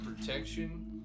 protection